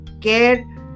care